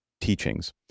teachings